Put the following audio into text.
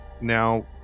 now